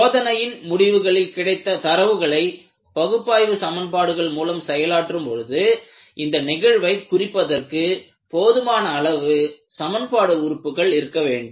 சோதனையின் முடிவுகளில் கிடைத்த தரவுகளை பகுப்பாய்வு சமன்பாடுகள் மூலம் செயலாற்றும் பொழுது இந்த நிகழ்வை குறிப்பதற்கு போதுமான அளவு சமன்பாடு உறுப்புக்கள் இருக்கவேண்டும்